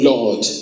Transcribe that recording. Lord